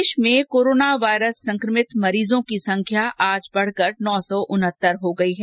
प्रदेश में corona virus संक्रमित मरीजों की तादाद आज बढ़कर नो सौ उनहतर हो गयी है